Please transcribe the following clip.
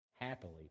happily